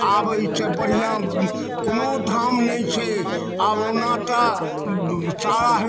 आब एहिसँ बढ़िआँ कोनो धाम नहि छै आब ओना तऽ सारा